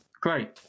Great